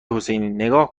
حسینی، نگاه